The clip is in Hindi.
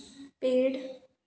पेड़